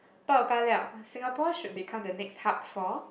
bao kar liao Singapore should become the next hub for